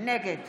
נגד